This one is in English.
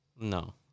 No